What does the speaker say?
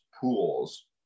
pools